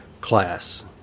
class